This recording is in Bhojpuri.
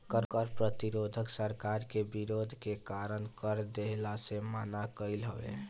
कर प्रतिरोध सरकार के विरोध के कारण कर देहला से मना कईल हवे